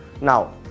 Now